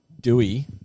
Dewey